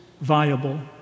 viable